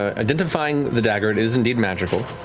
ah identifying the dagger, it is indeed magical.